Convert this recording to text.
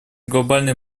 глобальные